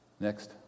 Next